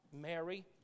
Mary